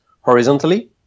horizontally